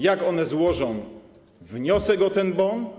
Jak one złożą wniosek o ten bon?